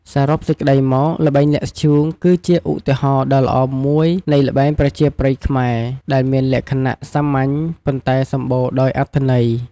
សរុបសេចក្ដីមក ល្បែងលាក់ធ្យូង គឺជាឧទាហរណ៍ដ៏ល្អមួយនៃល្បែងប្រជាប្រិយខ្មែរ ដែលមានលក្ខណៈសាមញ្ញ ប៉ុន្តែសម្បូរដោយអត្ថន័យ។